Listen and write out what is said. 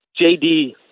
jd